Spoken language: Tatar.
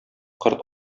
корт